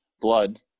blood